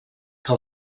que